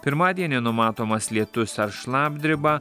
pirmadienį numatomas lietus ar šlapdriba